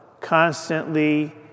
constantly